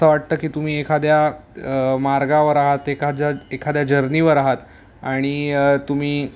असं वाटतं की तुम्ही एखाद्या मार्गावर आहात एखाद्या एखाद्या जर्नीवर आहात आणि तुम्ही